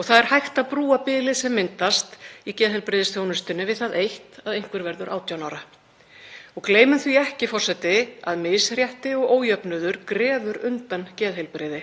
og það er hægt að brúa bilið sem myndast í geðheilbrigðisþjónustunni við það eitt að einhver verður 18 ára. Gleymum því ekki, forseti, að misrétti og ójöfnuður grefur undan geðheilbrigði.